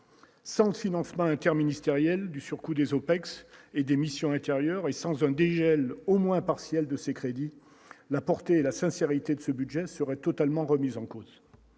San financement interministériel du surcoût des OPEX et démission intérieures et sans un dégel, au moins partielle, de ces crédits la portée et la sincérité de ce budget serait totalement remis en cause,